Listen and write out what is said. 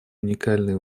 уникальные